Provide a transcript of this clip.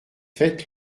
fête